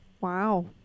Wow